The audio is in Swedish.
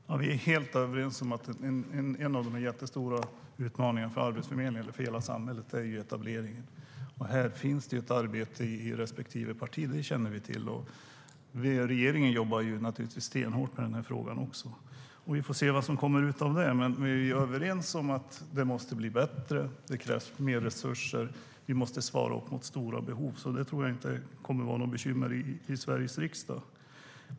Herr talman! Vi är helt överens om att en jättestor utmaning för Arbetsförmedlingen och för hela samhället är etableringen. Här finns det ett arbete i respektive parti, vilket vi känner till. Regeringen jobbar naturligtvis också stenhårt med denna fråga. Vi får se vad som kommer ut av det. Men vi är överens om att det måste bli bättre. Det krävs mer resurser, och vi måste svara upp mot stora behov. Därför tror jag inte att det kommer att vara något bekymmer i Sveriges riksdag.